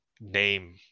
name